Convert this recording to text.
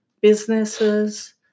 businesses